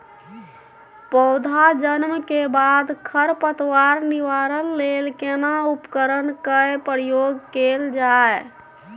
पौधा जन्म के बाद खर पतवार निवारण लेल केना उपकरण कय प्रयोग कैल जाय?